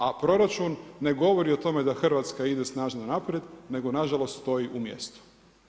A proračun ne govori o tome da Hrvatska ide snažno naprijed nego nažalost stoji u mjestu.